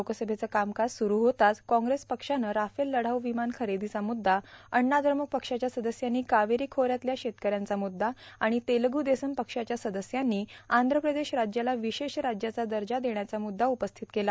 लोकसभेचं कामकाज सुरू होताच काँग्रेस पक्षानं राफेल लढाऊ र्विमान खरेदोचा मुद्दा अण्णाद्रमुक पक्षाच्या सदस्यांनी कावेरी खोऱ्यातल्या शेतकऱ्यांचा मुद्दा आीण तेलगु देसम पक्षाच्या सदस्यांनी आंध्र प्रदेश राज्याला विशेष राज्याचा दजा देण्याचा मुद्दा उपस्थित केला